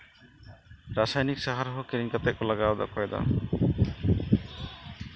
ᱨᱟᱥᱟᱭᱚᱱᱤᱠ ᱥᱟᱨ ᱦᱚᱸ ᱠᱤᱨᱤᱧ ᱠᱟᱛᱮᱫ ᱠᱚ ᱞᱟᱜᱟᱣᱫᱟ ᱚᱠᱚᱭᱫᱚ